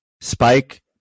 spike